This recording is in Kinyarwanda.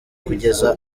kugeza